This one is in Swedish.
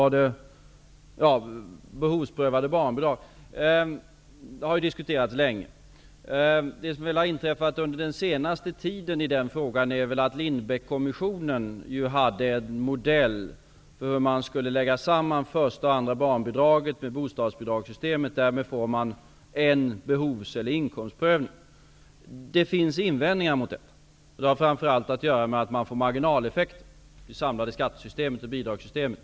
Behovsprövade barnbidrag har diskuterats länge. Det som under den senaste tiden inträffat i den frågan är att Lindbeckkommissionen föreslog en modell där första och andra barnbidraget ladeds samman med bostadsbidragssystemet. Därmed skulle man få endast en behovs eller inkomstprövning. Det finns invändningar mot detta, framför allt därför att man får marginaleffekter i det samlade skatte och bidragssystemet.